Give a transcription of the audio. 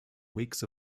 weeks